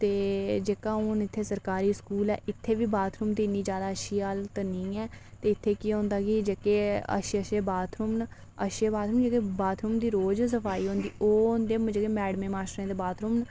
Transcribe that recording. ते जेह्का हून इत्थें सरकारी स्कूल ऐ इत्थें बी बाथरूम दी इन्नी जादा अच्छी हालत निं ऐ इत्थें केह् होंदा की जेह्के अच्छे अच्छे बाथरूम न अच्छे बाथरूम जिं' दी रोज़ सफाई होंदी ओह् होंदे जेह्ड़े मैडमां मास्टरें दे बाथरूम